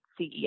CEO